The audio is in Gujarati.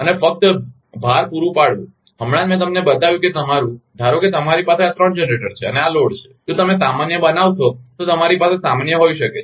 અને ફક્ત ભાર પૂરું પાડવું હમણાં જ મેં તમને બતાવ્યું કે તમારું ધારો કે તમારી પાસે આ ત્રણ જનરેટર છે અને આ ભાર છે જો તમે સામાન્ય બનાવશો તો તમારી પાસે સામાન્ય હોઈ શકે છે